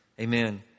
Amen